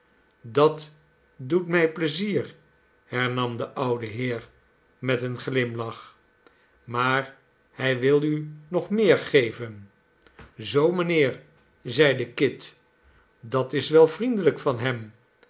dat doet mij pleizier hernam de oude heer met een giimlach maar hij wil u nog meer geven zoo mijnheer zeide kit dat is wel vriendelijk van hem